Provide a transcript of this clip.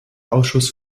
ausschuss